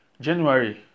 January